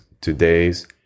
today's